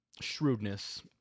shrewdness